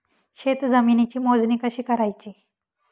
शेत जमिनीची मोजणी कशी करायची?